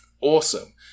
Awesome